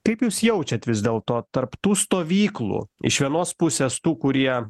kaip jūs jaučiat vis dėlto tarp tų stovyklų iš vienos pusės tų kurie